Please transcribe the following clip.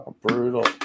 Brutal